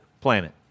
planet